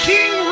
King